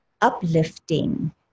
uplifting